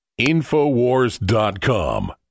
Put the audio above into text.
Infowars.com